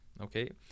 Okay